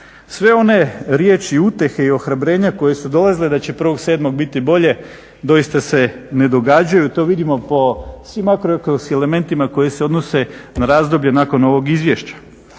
Sve one riječi i utjehe i ohrabrenja koje su dolazile da će 1.7.biti bolje doista se ne događaju. To vidimo po svim makroekonomskim elementima koji se odnose na razdoblje nakon ovog izvješća.